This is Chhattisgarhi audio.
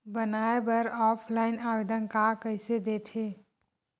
बनाये बर ऑफलाइन आवेदन का कइसे दे थे?